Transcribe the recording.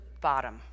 bottom